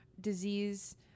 disease